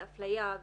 על אפליה,